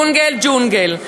ג'ונגל, ג'ונגל.